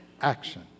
action